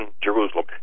Jerusalem